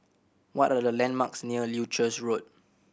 what are the landmarks near Leuchars Road